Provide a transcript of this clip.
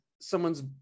someone's